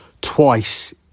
twice